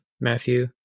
Matthew